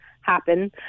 happen